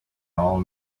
all